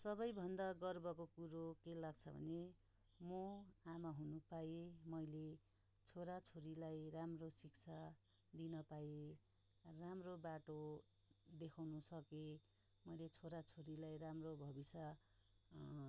सबैभन्दा गर्वको कुरो के लाग्छ भने म आमा हुनु पाएँ मैले छोराछोरीलाई राम्रो शिक्षा दिन पाएँ राम्रो बाटो देखाउनु सकेँ मैले छोराछोरीलाई राम्रो भविष्य